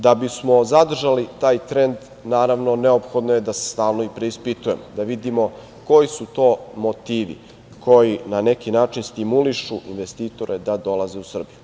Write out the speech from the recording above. Da bismo zadržali taj trend, naravno, neophodno je da se stalno i preispitujemo, da vidimo koji su to motivi koji na neki način stimulišu investitore da dolaze u Srbiju.